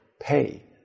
pay